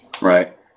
Right